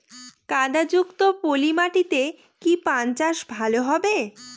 কাদা যুক্ত পলি মাটিতে কি পান চাষ ভালো হবে?